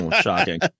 Shocking